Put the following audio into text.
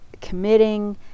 committing